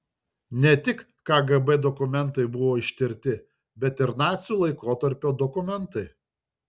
ne tik kgb dokumentai buvo ištirti bet ir nacių laikotarpio dokumentai